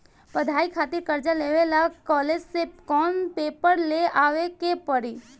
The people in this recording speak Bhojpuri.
पढ़ाई खातिर कर्जा लेवे ला कॉलेज से कौन पेपर ले आवे के पड़ी?